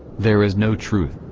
there is no truth.